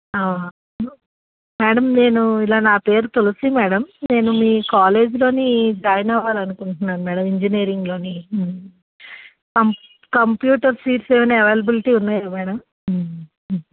madam నేను ఇలా నా పేరు తులసి మ్యాడమ్ నేను మీ కాలేజ్లోని జాయిన్ అవ్వాలి అనుకుంటున్నాను మ్యాడమ్ ఇంజినీరింగ్లోని కం కంప్యూటర్ సీట్స్ ఏవైనా ఎవైలబులిటీ ఉన్నాయా మ్యాడమ్